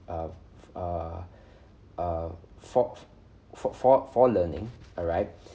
err f~ err err fo~ fo~ fo~ for learning alright